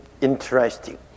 interesting